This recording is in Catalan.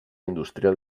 industrial